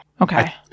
Okay